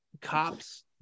cops